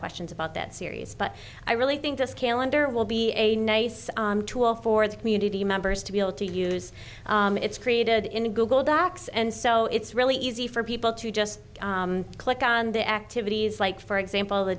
questions about that series but i really think this calendar will be a nice tool for the community members to be able to use it's created in google docs and so it's really easy for people to just click on the activities like for example the